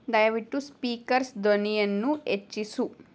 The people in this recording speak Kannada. ದಯವಿಟ್ಟು ಸ್ಪೀಕರ್ಸ್ ಧ್ವನಿಯನ್ನು ಹೆಚ್ಚಿಸು